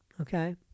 okay